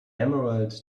emerald